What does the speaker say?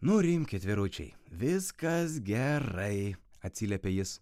nurimkit vyručiai viskas gerai atsiliepė jis